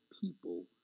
people